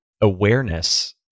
awareness